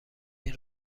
این